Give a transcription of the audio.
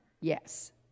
Yes